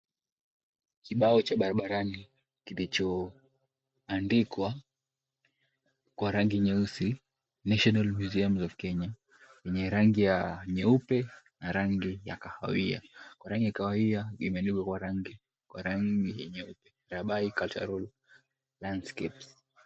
Kibao cha barabarani, kilichoandikwa kwa rangi nyeusi, National Museums of Kenya yenye rangi ya nyeupe na rangi ya kahawia. Kwa rangi ya kahawia imeandikwa kwa rangi kwa rangi yenye nyeupe, Rabai Cultural Landscape.